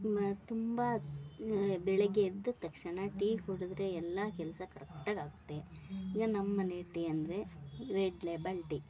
ತುಂಬ ಬೆಳಗ್ಗೆ ಎದ್ದ ತಕ್ಷಣ ಟೀ ಕುಡಿದ್ರೆ ಎಲ್ಲ ಕೆಲಸ ಕರೆಕ್ಟಾಗಿ ಆಗುತ್ತೆ ಇನ್ನು ನಮ್ಮ ಮನೆ ಟೀ ಅಂದರೆ ರೆಡ್ ಲೇಬಲ್ ಟೀ